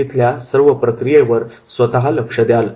तिथल्या सर्व प्रक्रियेवर स्वतः लक्ष द्याल